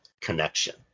connection